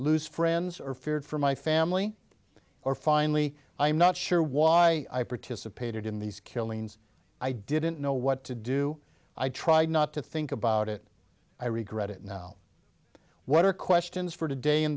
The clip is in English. lose friends or feared for my family or finally i'm not sure why participated in these killings i didn't know what to do i tried not to think about it i regret it now what are questions for today in